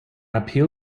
appeal